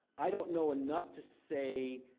i don't know enough to say.